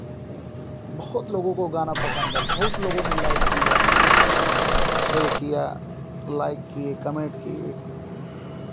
बहुत लोगों को गाना पसन्द है बहुत लोगों ने लाइक दिया है इसुरे किया लाइक किए कमेंट किए